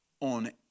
on